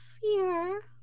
Fear